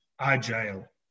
agile